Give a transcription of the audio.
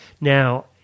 Now